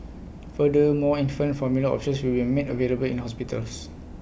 further more infant formula options will be made available in hospitals